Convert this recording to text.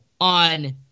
on